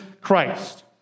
Christ